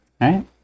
right